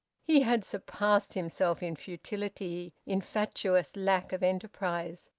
he had surpassed himself in futility, in fatuous lack of enterprise.